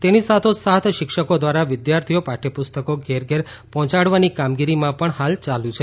તેની સાથોસાથ શિક્ષકો દ્વારા વિદ્યાર્થીઓ પાઠયપુસ્તકો ઘરે ઘરે પહોંચાડવાની કામગીરી પણ હાલમાં યાલુ છે